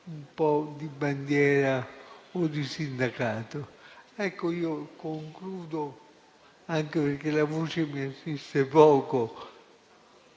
un po' di bandiera o di sindacato. Concludo - anche perché la voce mi assiste poco